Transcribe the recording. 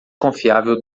confiável